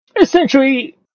essentially